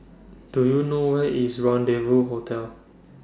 Do YOU know Where IS Rendezvous Hotel